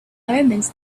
omens